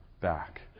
back